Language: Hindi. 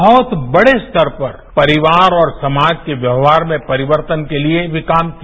बहत बड़े स्तर पर परिवार और समाज के व्यवहार में परिवर्तन के लिए भी काम किया